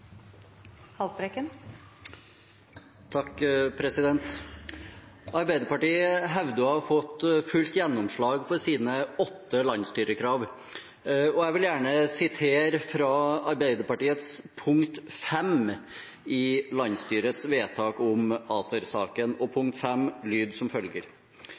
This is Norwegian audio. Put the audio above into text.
Arbeiderpartiet hevder å ha fått fullt gjennomslag for sine åtte landsstyrekrav. Jeg vil gjerne sitere fra Arbeiderpartiets punkt 5 i landsstyrets vedtak om ACER-saken. Punkt 5 lyder som følger: